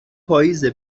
پاییزه